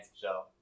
show